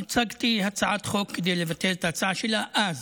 הצגתי הצעת חוק כדי לבטל את ההצעה שלה אז.